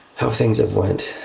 how things have went.